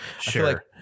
Sure